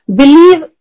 believe